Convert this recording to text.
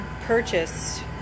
purchased